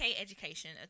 Education